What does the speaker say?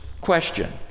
question